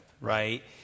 right